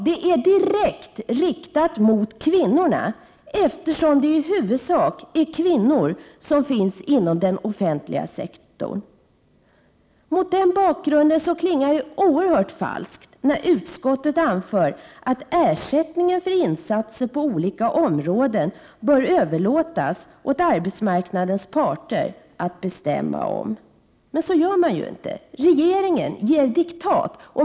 Det är direkt riktat mot kvinnorna, eftersom det i huvudsak är kvinnor som finns inom den offentliga sektorn. Mot den bakgrunden klingar det falskt när utskottet anför att ersättningen för insatser på olika områden bör överlåtas åt arbetsmarknadens parter att bestämma om. Men det gör man ju inte — regeringen ger diktat.